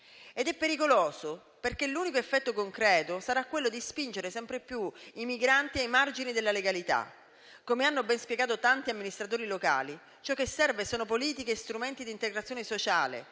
pericoloso, perché l'unico effetto concreto sarà quello di spingere sempre più i migranti ai margini della legalità, come hanno ben spiegato tanti amministratori locali. Ciò che serve sono politiche e strumenti d'integrazione sociale.